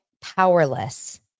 powerless